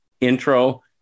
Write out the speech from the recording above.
intro